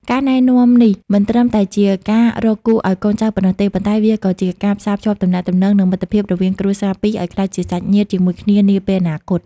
ការណែនាំនេះមិនត្រឹមតែជាការរកគូឱ្យកូនចៅប៉ុណ្ណោះទេ ប៉ុន្តែវាក៏ជាការផ្សារភ្ជាប់ទំនាក់ទំនង និងមិត្តភាពរវាងគ្រួសារពីរឱ្យក្លាយជាសាច់ញាតិជាមួយគ្នានាពេលអនាគត។